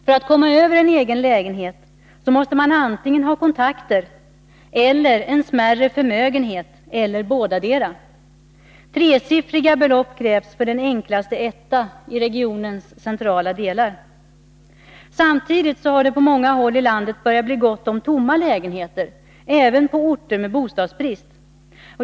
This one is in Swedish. För att komma över en egen lägenhet måste man antingen ha kontakter eller en smärre förmögenhet eller bådadera. Sexsiffriga belopp krävs för den enklaste etta i regionens centrala delar. Samtidigt har det på många håll i landet börjat bli gott om tomma lägenheter, även på orter med bostadsbrist.